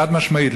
חד-משמעית,